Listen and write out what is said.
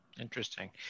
Interesting